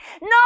no